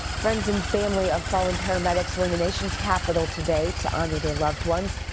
friends and family of fallen paramedics were in the nations capital today to honor their loved ones.